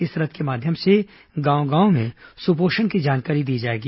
इस रथ के माध्मम से गांव गांव में सुपोषण की जानकारी दी जाएगी